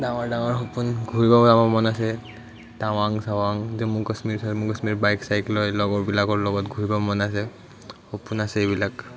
ডাঙৰ ডাঙৰ সপোন ঘূৰিব যাব মন আছে টাৱাং চাৱাং জম্মু কাশ্মীৰ চম্মু কাশ্মীৰ বাইক চাইক লৈ লগৰবিলাকৰ লগত ঘূৰিব মন আছে সপোন আছে এইবিলাক